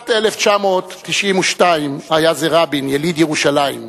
בשנת 1992 היה זה רבין, יליד ירושלים,